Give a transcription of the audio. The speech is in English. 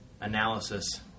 analysis